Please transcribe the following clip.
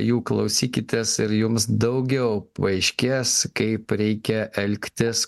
jų klausykitės ir jums daugiau paaiškės kaip reikia elgtis